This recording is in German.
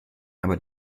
aber